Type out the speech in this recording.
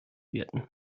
werden